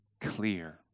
clear